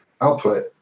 output